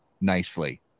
nicely